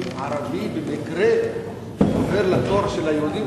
אם ערבי במקרה עובר לתור של היהודים,